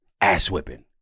ass-whipping